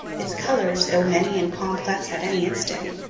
its colors, though many and complex at any instant,